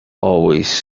always